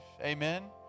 Amen